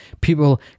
People